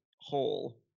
hole